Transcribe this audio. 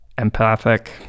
empathic